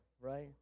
right